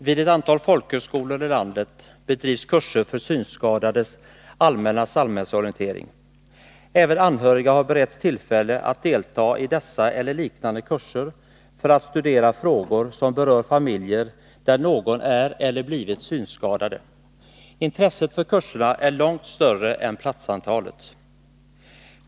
Herr talman! Vid ett antal folkhögskolor i landet bedrivs kurser för synskadades allmänna samhällsorientering. Även anhöriga har beretts tillfälle att delta i dessa eller liknande kurser för att studera frågor som berör familjer där någon är synskadad. Intresset för kurserna är långt större än platsantalet.